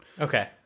Okay